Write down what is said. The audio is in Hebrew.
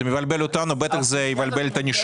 אם זה מבלבל אותנו זה לבטח יבלבל את הנישומים.